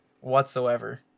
whatsoever